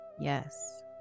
yes